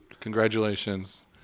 Congratulations